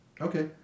Okay